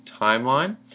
timeline